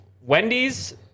Wendy's